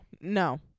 No